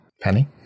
Penny